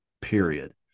period